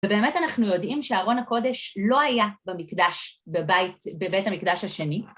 ובאמת אנחנו יודעים שארון הקודש לא היה במקדש, בבית המקדש השני.